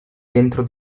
dentro